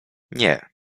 nie